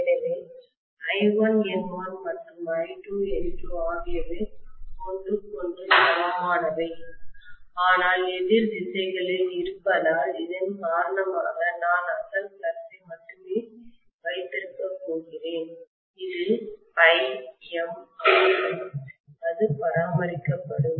எனவே I1N1 மற்றும் I2N2 ஆகியவை ஒன்றுக்கொன்று சமமானவை ஆனால் எதிர் திசைகளில் இருப்பதால் இதன் காரணமாக நான் அசல் ஃப்ளக்ஸ் மட்டுமே வைத்திருக்கப் போகிறேன் இது ∅m ஆகும் அது பராமரிக்கப்படும்